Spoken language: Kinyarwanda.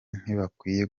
ntibakwiye